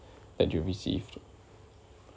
that you received